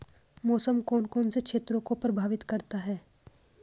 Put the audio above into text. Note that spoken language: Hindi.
मौसम कौन कौन से क्षेत्रों को प्रभावित करता है?